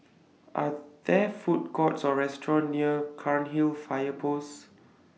Are There Food Courts Or restaurants near Cairnhill Fire Post